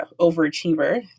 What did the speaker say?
overachiever